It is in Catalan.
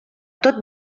tot